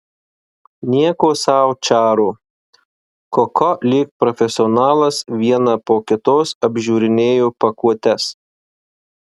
nieko sau čaro koko lyg profesionalas vieną po kitos apžiūrinėjo pakuotes